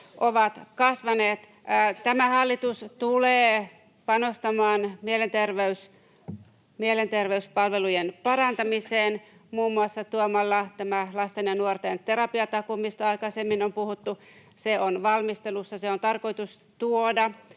kuntoutuksesta!] Tämä hallitus tulee panostamaan mielenterveyspalvelujen parantamiseen muun muassa tuomalla tämän lasten ja nuorten terapiatakuun, mistä aikaisemmin on puhuttu. Se on valmistelussa, se on tarkoitus tuoda